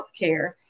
healthcare